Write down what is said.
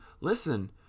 listen